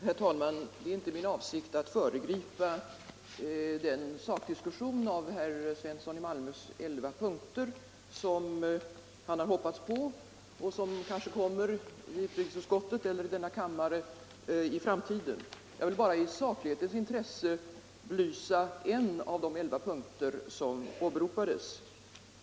Herr talman! Det är inte min avsikt att föregripa den sakdiskussion av herr Svenssons i Malmö elva punkter som han hoppats på och som kanske kommer i utrikesutskottet eller i denna kammare i framtiden. Jag vill bara i saklighetens intresse belysa en av de elva punkter som åberopades.